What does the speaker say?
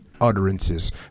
utterances